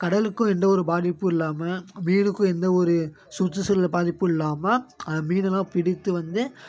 கடலுக்கும் எந்த ஒரு பாதிப்பும் இல்லாமல் மீனுக்கும் எந்த ஒரு சுற்றுசூழல் பாதிப்பும் இல்லாமல் அந்த மீனலாம் பிடித்து வந்து